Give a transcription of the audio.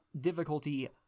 difficulty